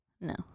No